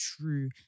true